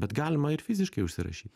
bet galima ir fiziškai užsirašyt